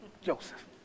Joseph